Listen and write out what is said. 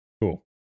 Cool